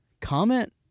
Comment